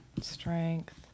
strength